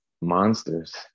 monsters